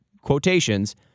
quotations